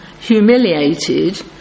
humiliated